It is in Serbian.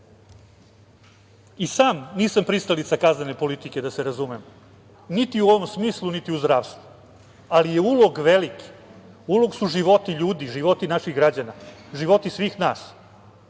sam nisam pristalica kaznene politike, da se razumemo, niti u ovom smislu, niti u zdravstvu, ali je ulog veliki. Ulog su životi ljudi, životi naši građana, životi svih nas. Čuli